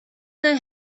that